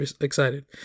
excited